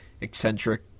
eccentric